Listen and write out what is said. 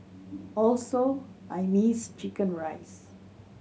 also I missed chicken rice